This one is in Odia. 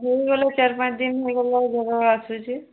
ହୋଇଗଲେ ଚାରି ପାଞ୍ଚ ଦିନ ହୋଇଗଲେ ଜ୍ଵର ଆସୁଛି